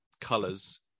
colors